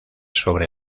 sobre